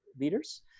Leaders